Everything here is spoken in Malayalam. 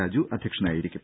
രാജു അധ്യക്ഷനായിരിക്കും